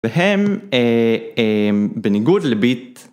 והם בניגוד לביט.